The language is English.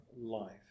life